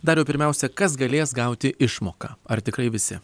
dariau pirmiausia kas galės gauti išmoką ar tikrai visi